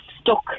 stuck